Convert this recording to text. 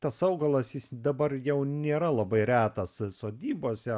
tas augalas jis dabar jau nėra labai retas sodybose